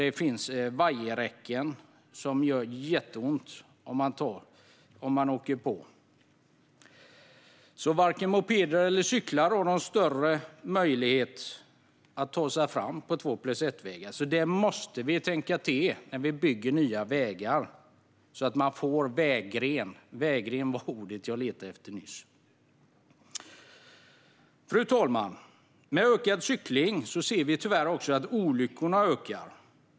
Det finns vajerräcken som det gör jätteont att köra på. Varken mopeder eller cyklar har alltså någon större möjlighet att ta sig fram på två-plus-ett-vägar. Där måste vi tänka till när vi bygger nya vägar, så att man får en vägren. Fru talman! Med ökad cykling ser vi tyvärr också att olyckorna ökar.